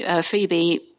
Phoebe